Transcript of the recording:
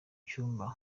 cyumba